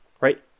right